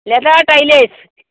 Latha Taylor's